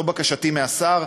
זו בקשתי מהשר.